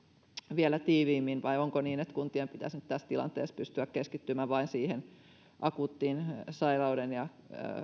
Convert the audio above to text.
vielä tiiviimmin vai onko niin että kuntien pitäisi nyt tässä tilanteessa pystyä keskittymään vain siihen akuuttiin sairauden ja